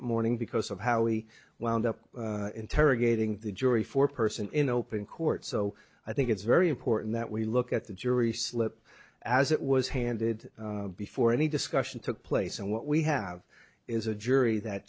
morning because of how he wound up interrogating the jury for person in open court so i think it's very important that we look at the jury slip as it was handed before any discussion took place and what we have is a jury that